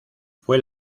fue